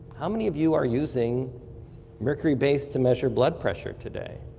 how many of you are using mercury based to measure blood pressure today?